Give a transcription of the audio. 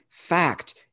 fact